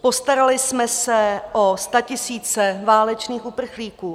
Postarali jsme se o statisíce válečných uprchlíků.